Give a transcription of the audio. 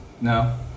No